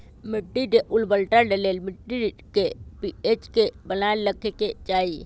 मिट्टी के उर्वरता के लेल मिट्टी के पी.एच के बनाएल रखे के चाहि